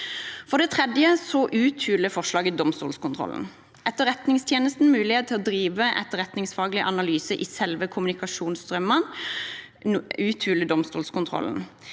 For det tredje uthuler forslaget domstolskontrollen. Etterretningstjenestens mulighet til å drive etterretningsfaglig analyse i selve kommunikasjonsstrømmene uthuler domstolskontrollen.